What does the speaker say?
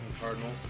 Cardinals